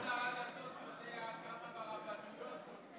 אל תספרו על אילנות יוחסין.